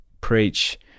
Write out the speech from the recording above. preach